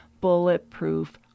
bulletproof